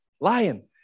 Lion